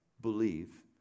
believe